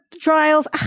trials